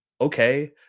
okay